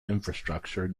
infrastructure